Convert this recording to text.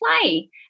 play